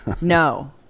No